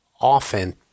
often